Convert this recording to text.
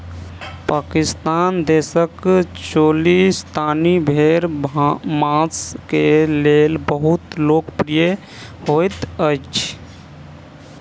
पाकिस्तान देशक चोलिस्तानी भेड़ मांस के लेल बहुत लोकप्रिय होइत अछि